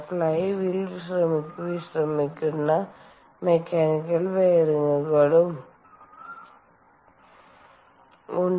fly wheel വിശ്രമിക്കുന്ന mechanical ബെയറിംഗുകളും ഉണ്ട്